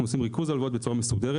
עושים ריכוז הלוואות בצורה מסודרת.